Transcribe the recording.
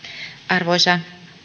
arvoisa